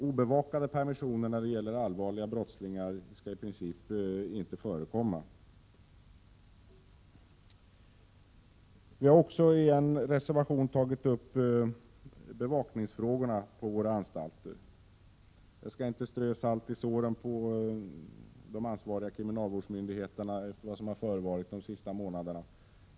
Obevakade permissioner för grova brottslingar skall i princip inte förekomma. I reservation 5 tar vi upp frågan om bevakning i anstalt. Jag skall inte strö salt i sår på ansvariga kriminalvårdsmyndigheter, med tanke på vad som förevarit under de senaste månaderna.